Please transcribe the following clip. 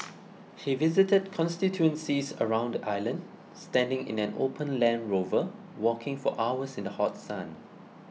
he visited constituencies around the island standing in an open Land Rover walking for hours in the hot sun